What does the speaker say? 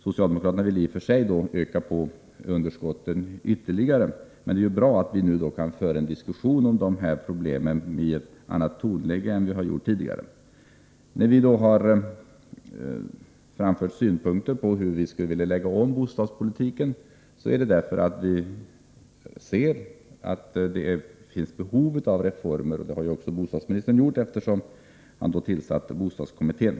Socialdemokraterna ville då öka underskottet ytterligare. Men det är ju bra att vi nu kan föra en diskussion om de här problemen i ett annat tonläge än tidigare. När vi har framfört hur vi skulle vilja lägga om bostadspolitiken är det därför att vi ser att det finns behov av reformer — det har också bostadsministern sett, eftersom han tillsatt bostadskommittén.